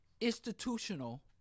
institutional